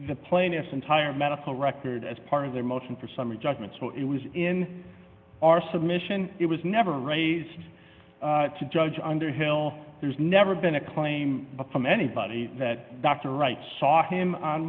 the plaintiff's entire medical record as part of their motion for summary judgment so it was in our submission it was never raised to judge underhill there's never been a claim from anybody that dr wright saw him on